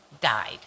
died